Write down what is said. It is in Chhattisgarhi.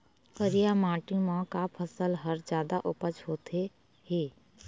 करिया माटी म का फसल हर जादा उपज होथे ही?